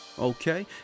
Okay